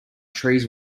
trees